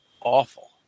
awful